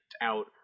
out